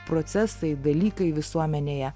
procesai dalykai visuomenėje